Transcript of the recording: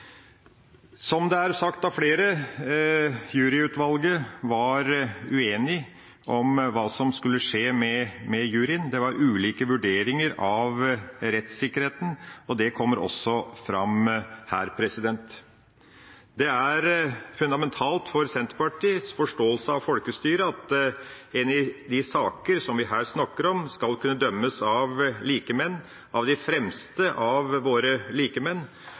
Som det er sagt av flere – juryutvalget var uenige om hva som skulle skje med juryen. Det var ulike vurderinger av rettssikkerheten. Det kommer også fram her. Det er fundamentalt for Senterpartiets forståelse av folkestyret at en i de saker som vi her snakker om, skal kunne dømmes av likemenn – av de fremste av våre likemenn